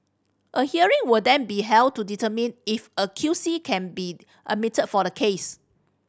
a hearing will then be held to determine if a Q C can be admitted for the case